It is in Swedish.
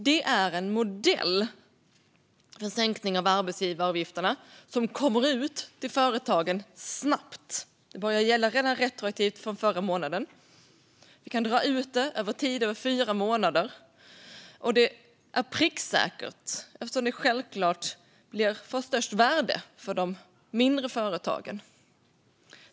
Det är en modell för sänkning av arbetsgivaravgifterna som snabbt kommer ut till företagen och som börjar gälla retroaktivt redan från förra månaden. Vi kan dra ut det över tid i fyra månader, och det är pricksäkert eftersom det självklart blir av störst värde för de mindre företagen.